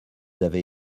avez